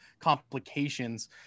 complications